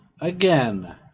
again